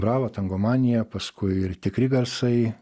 bravo tangomanija paskui ir tikri garsai